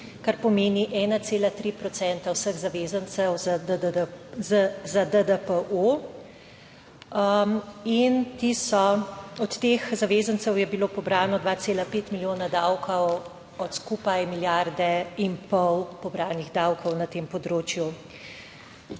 kar pomeni 1,3 procente vseh zavezancev za ZDDPO, in ti so, od teh zavezancev, je bilo pobrano 2,5 milijona davkov od skupaj milijarde in pol pobranih davkov na tem področju.